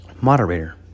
Moderator